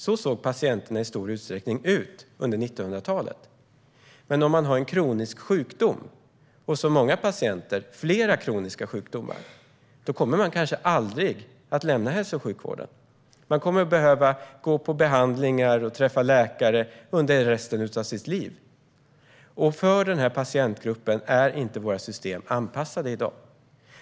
Så såg patienterna i princip ut under 1900-talet. Det andra är att om man har en kronisk sjukdom - eller flera kroniska sjukdomar som många patienter har - kommer man kanske aldrig att lämna hälso och sjukvården. Man kommer att behöva behandlingar och träffa läkare under resten av sitt liv. För denna patientgrupp är våra system inte anpassade i dag.